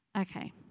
Okay